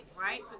right